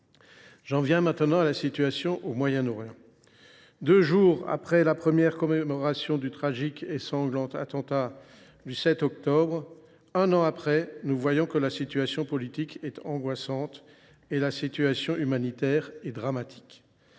J’en viens maintenant à la situation au Moyen Orient, deux jours après la première commémoration du tragique et sanglant attentat du 7 octobre 2023. Un an après, la situation politique est angoissante et la situation humanitaire dramatique.